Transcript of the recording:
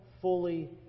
fully